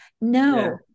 No